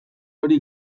hori